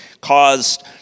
caused